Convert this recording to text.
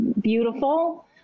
beautiful